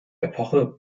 epoche